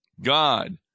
God